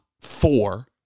four